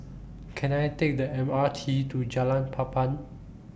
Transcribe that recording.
Can I Take The M R T to Jalan Papan